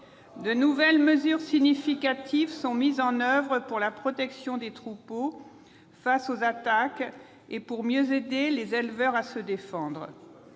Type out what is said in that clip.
De nouvelles mesures significatives sont mises en oeuvre pour la protection des troupeaux face aux attaques et pour mieux aider les éleveurs à se défendre.